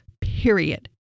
period